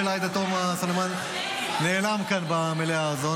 של עאידה תומא סלימאן נעלם כאן במליאה הזאת.